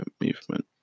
movement